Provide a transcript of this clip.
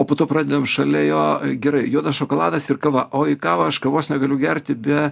o po to pradedam šalia jo gerai juodas šokoladas ir kava o į kavą aš kavos negaliu gerti be